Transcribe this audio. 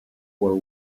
fore